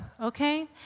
Okay